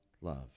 love